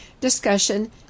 discussion